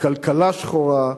כלכלה שחורה,